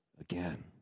again